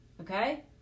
okay